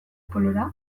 polora